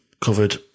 covered